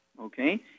okay